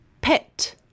pet